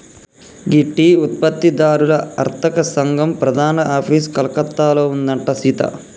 గీ tea ఉత్పత్తి దారుల అర్తక సంగం ప్రధాన ఆఫీసు కలకత్తాలో ఉందంట సీత